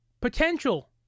Potential